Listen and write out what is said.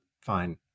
fine